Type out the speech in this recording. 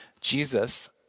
Jesus